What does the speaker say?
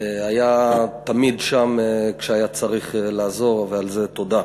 היה תמיד שם כשהיה צריך לעזור, ועל זה תודה.